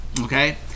Okay